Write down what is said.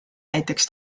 näiteks